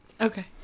okay